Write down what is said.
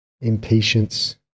impatience